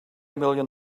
million